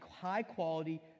high-quality